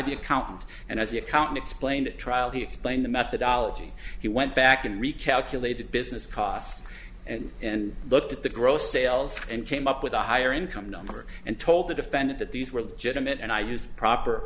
the accountant and as the accountant explained at trial he explained the methodology he went back and recalculated business costs and looked at the gross sales and came up with a higher income number and told the defendant that these were gentlemen and i use proper